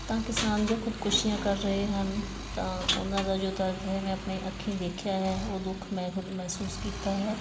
ਤਾਂ ਕਿਸਾਨ ਜੋ ਖੁਦਕੁਸ਼ੀਆਂ ਕਰ ਰਹੇ ਹਨ ਤਾਂ ਉਹਨਾਂ ਦਾ ਜੋ ਦਰਦ ਹੈ ਮੈਂ ਆਪਣੇ ਅੱਖੀਂ ਦੇਖਿਆ ਹੈ ਉਹ ਦੁੱਖ ਮੈਂ ਖੁਦ ਮਹਿਸੂਸ ਕੀਤਾ ਹੈ